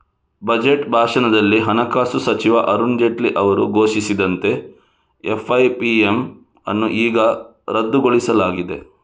budget ಭಾಷಣದಲ್ಲಿ ಹಣಕಾಸು ಸಚಿವ ಅರುಣ್ ಜೇಟ್ಲಿ ಅವರು ಘೋಷಿಸಿದಂತೆ ಎಫ್.ಐ.ಪಿ.ಎಮ್ ಅನ್ನು ಈಗ ರದ್ದುಗೊಳಿಸಲಾಗಿದೆ